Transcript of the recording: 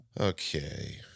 Okay